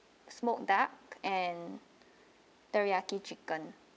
smoked duck and teriyaki chicken